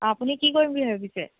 আপুনি কি কৰিম বুলি ভাবিছে